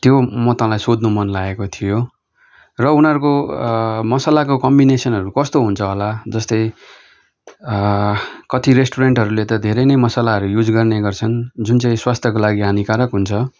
त्यो म तँलाई सोध्नु मनलागेको थियो र उनीहरूको मसलाको कम्बिनेसनहरू कस्तो हुन्छ होला जस्तै कति रेस्टुरेन्टहरूले त धेरै नै मसलाहरू युज गर्ने गर्छन् जुन चाहिँ स्वास्थ्यको लागि हानिकारक हुन्छ